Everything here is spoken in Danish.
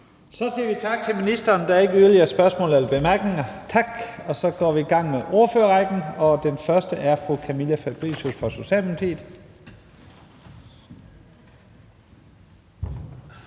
Så siger vi tak til ministeren. Der er ikke yderligere spørgsmål eller bemærkninger. Så går vi i gang med ordførerrækken, og den første er fru Camilla Fabricius fra Socialdemokratiet.